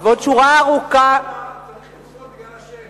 את "סוף העולם שמאלה" צריך לפסול בגלל השם.